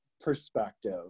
perspective